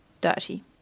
dirty